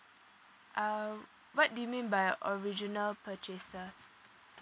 uh what do you mean by original purchaser